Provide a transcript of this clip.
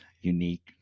Unique